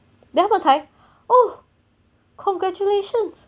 then oh 才 oh congratulations